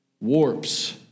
warps